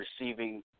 receiving